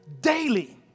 daily